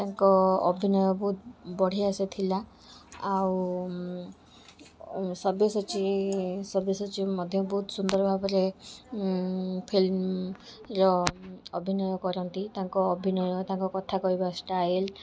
ତାଙ୍କ ଅଭିନୟ ବହୁତ ବଢ଼ିଆ ସେ ଥିଲା ଆଉ ସବ୍ୟସାଚୀ ସବ୍ୟସାଚୀ ବି ମଧ୍ୟ ବହୁତ ସୁନ୍ଦର ଭାବରେ ଫିଲ୍ମ ର ଅଭିନୟ କରନ୍ତି ତାଙ୍କ ଅଭିନୟ ତାଙ୍କ କଥା କହିବା ଷ୍ଟାଇଲ୍